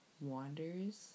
wanders